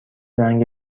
رنگ